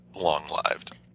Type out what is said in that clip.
long-lived